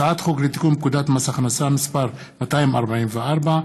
הצעת חוק לתיקון פקודת מס הכנסה (מס' 244),